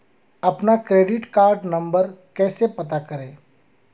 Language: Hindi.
अपना क्रेडिट कार्ड नंबर कैसे पता करें?